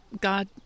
God